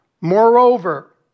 Moreover